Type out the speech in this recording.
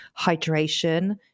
hydration